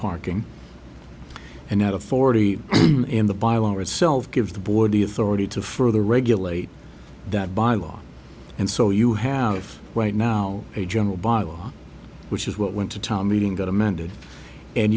parking and out of forty in the by law itself gives the board the authority to further regulate that by law and so you have right now a general bylaw which is what went to town meeting that amended and